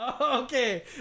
Okay